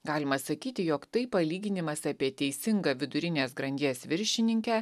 galima sakyti jog tai palyginimas apie teisingą vidurinės grandies viršininkę